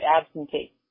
absentee